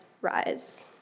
rise